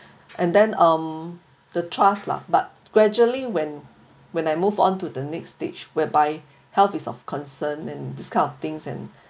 and then um the trust lah but gradually when when I move on to the next stage whereby health is of concern and this kind of things and